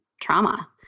trauma